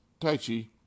Taichi